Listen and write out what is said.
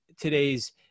today's